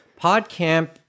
PodCamp